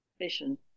vision